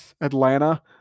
Atlanta